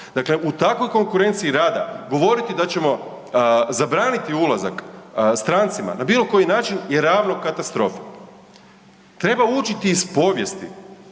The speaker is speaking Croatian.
Dakle, u takvoj konkurenciji rada govoriti da ćemo zabraniti ulazak strancima na bilo koji način je ravno katastrofi. Treba učiti iz povijesti,